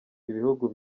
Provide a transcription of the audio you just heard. ibihugu